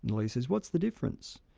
the lawyer says, what's the difference?